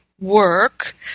work